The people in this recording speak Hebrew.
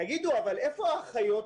אבל איפה האחיות?